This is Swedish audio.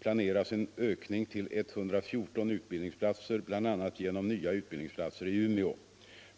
planeras en ökning till 114 utbildningsplatser, bl.a. genom nya utbildningsplatser i Umeå.